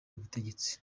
ubutegetsi